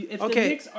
Okay